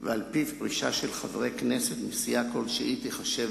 ועל-פיו פרישה של חברי כנסת מסיעה כלשהי תיחשב